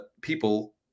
people